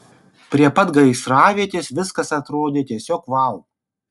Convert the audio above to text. prie pat gaisravietės viskas atrodė tiesiog vau